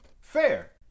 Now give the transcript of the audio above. fair